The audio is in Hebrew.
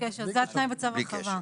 זה התנאי בצו הרחבה.